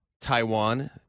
Taiwan